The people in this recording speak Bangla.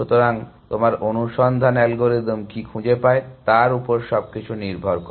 সুতরাং তোমার অনুসন্ধান অ্যালগরিদম কি খুঁজে পায় তার উপর সবকিছু নির্ভর করে